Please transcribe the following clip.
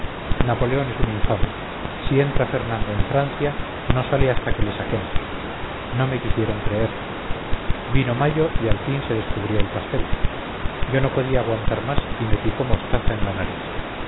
napoleón es un infame si entra fernando en francia no sale hasta que le saquemos no me quisieron creer vino mayo y al fin se descubrió el pastel yo no podía aguantar más y me picó mostaza en la nariz